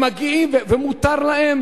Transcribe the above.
הם מגיעים ומותר להם,